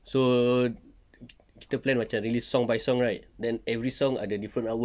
so kita plan macam release song by song right then every song ada different artwork